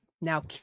now